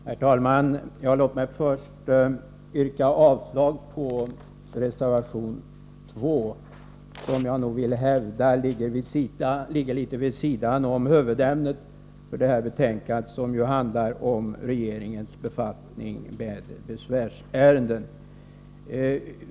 Herr talman! Låt mig först yrka avslag på reservation 2, som jag vill hävda ligger litet vid sidan om huvudämnet för det här betänkandet, som handlar om regeringens befattning med besvärsärenden.